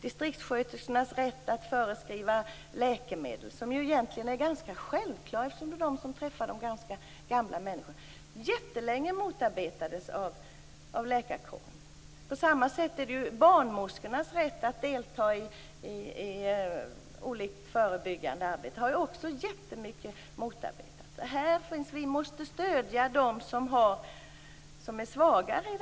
Distriktsköterskornas rätt att förskriva läkemedel, som egentligen är ganska självklar eftersom dessa träffar de gamla människorna, motarbetades länge av läkarkåren. På samma sätt har barnmorskornas rätt att delta i förebyggande arbete motarbetats. Vi måste stödja dem som är svagare.